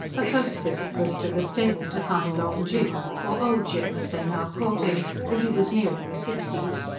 her first visit was to the stable to find long jim or old jim as they now called him for he was nearing the sixties.